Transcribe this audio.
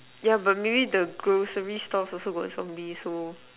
yeah but maybe the grocery stalls also got some bee so